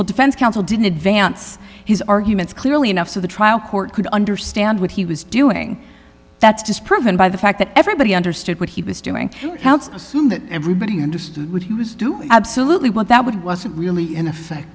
well defense counsel didn't advance his arguments clearly enough so the trial court could understand what he was doing that's disproven by the fact that everybody understood what he was doing how it's assumed that everybody understood what he was doing absolutely what that would wasn't really in effect